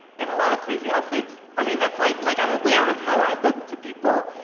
and a lot of crazy outfits. i mean that's like like i'm aware of how i look to people,